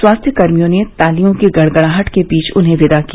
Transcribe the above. स्वास्थ्यकर्मियों ने तालियों की गड़गड़ाहट के बीच उन्हें विदा किया